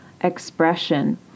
expression